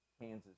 Kansas